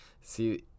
See